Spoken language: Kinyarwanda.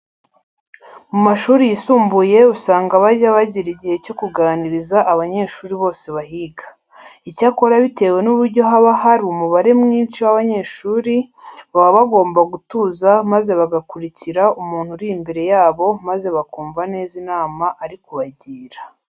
Mu mashuri yisumbuye usanga bajya bagira igihe cyo kuganiriza abanyeshuri bose bahiga. Icyakora bitewe n'uburyo haba hari umubare mwinshi w'abanyeshuri, baba bagomba gutuza maze bagakurikira umuntu uri imbere yabo maze bakumva neza inama ari kubagira.